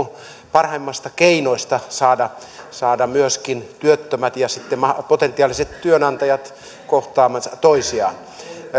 parhaimmista keinoista saada saada myöskin työttömät ja sitten potentiaaliset työnantajat kohtaamaan toisiaan